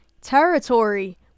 Territory